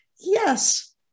Yes